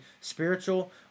spiritual